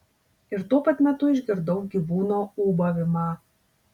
ir tuo pat metu išgirdau gyvūno ūbavimą